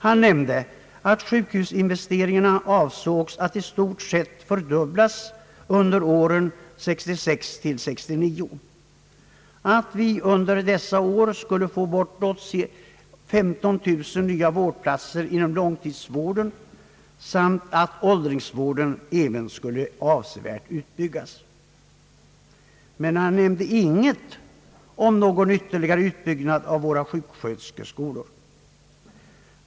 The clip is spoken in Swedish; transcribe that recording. Han nämnde att sjukhusinvesteringarna avsågs att i stort sett fördubblas under åren 1966 till 1969, att vi under dessa år skulle få bortåt 15 000 nya vårdplatser inom långtidsvården samt att åldringsvården skulle avsevärt utbyggas. Men han nämnde inget om någon ytterligare utbyggnad av våra sjuksköterskeskolor.